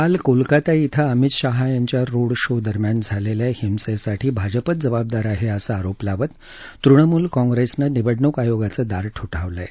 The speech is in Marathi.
काल कोलकता इथं अमित शहा यांच्या रोड शो दरम्यान झालेल्या हिंसेसाठी भाजपच जबाबदार आहे असा आरोप लावत तृणमूल काँग्रेसने निवडणूक आयोगाचे दार ठोठावले आहे